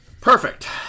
Perfect